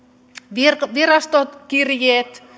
virastokirjeet